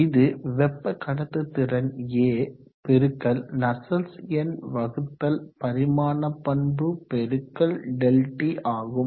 இது வெப்ப கடத்துதிறன் A பெருக்கல் நஸ்சல்ட்ஸ் எண் வகுத்தல் பரிமாண பண்பு பெருக்கல் ΔT ஆகும்